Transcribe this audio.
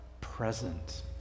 present